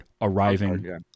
arriving